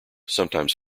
sometimes